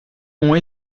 ont